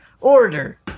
Order